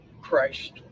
Christ